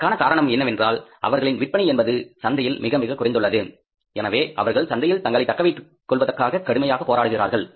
அதற்கான காரணம் என்னவென்றால் அவர்களின் விற்பனை என்பது சந்தையில் மிக மிக குறைந்துள்ளது எனவே அவர்கள் சந்தையில் தங்களை தக்கவைத்துக்கொள்வதற்க்காக கடுமையாக போராடுகிறார்கள்